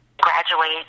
graduate